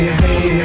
hey